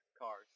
cars